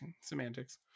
Semantics